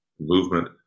movement